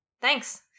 Thanks